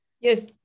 Yes